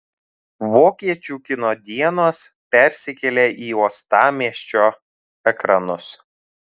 vokiečių kino dienos persikelia į uostamiesčio ekranus